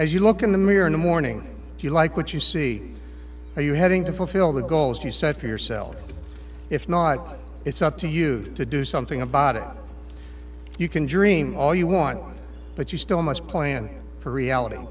as you look in the mirror in the morning do you like what you see are you having to fulfill the goals you set for yourself if not it's up to you to do something about it you can dream all you want but you still must plan for reality